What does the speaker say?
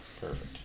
perfect